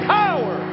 power